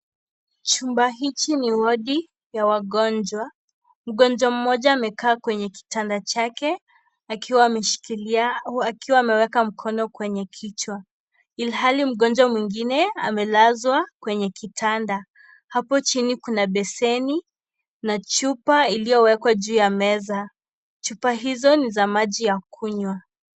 Chumba hichi ni wodi ya wagonjwa. Mgonjwa mmoja amekaa kwenye kitanda chake akiwa ameshikilia, akiwa ameweka mkono kwenye kichwa, ilhali, mgonjwa mwingine amelazwa kwenye kitanda. Hapo chini kuna beseni na chupa iliyowekwa juu ya meza. Chupa hizo ni za maji ya kunywa.